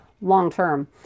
long-term